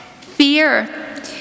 fear